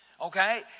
Okay